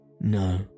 No